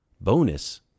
Bonus